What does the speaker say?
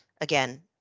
Again